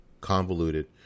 Convoluted